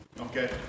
okay